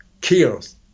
kills